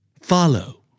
follow